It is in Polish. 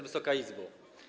Wysoka Izbo!